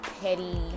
petty